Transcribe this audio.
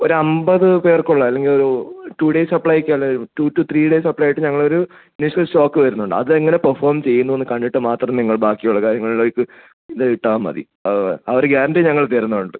ഒരു അമ്പത് പേർക്കുള്ള അല്ലെങ്കിൽ ഒരു ടു ഡേയ്സ് സപ്ലൈക്ക് അല്ലേ ടു ടു ത്രീ ഡേയ്സ് സപ്ലൈയായിട്ട് ഞങ്ങളൊരു മിൽക്ക് സ്റ്റോക്ക് വരുന്നുണ്ട് അതെങ്ങനെ പെർഫോം ചെയ്യുന്നു എന്ന് കണ്ടിട്ട് മാത്രം നിങ്ങൾ ബാക്കിയുള്ള കാര്യങ്ങളിലേക്ക് ഇത് ഇട്ടാൽമതി അതെ ആ ഒരു ഗ്യാരണ്ടി ഞങ്ങൾ തരുന്നുണ്ട്